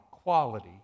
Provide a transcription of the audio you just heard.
quality